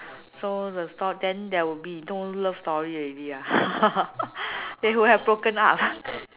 so the sto~ then there will be no love story already ah they would have broken up